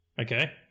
Okay